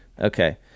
Okay